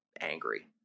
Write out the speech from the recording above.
angry